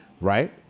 right